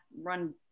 run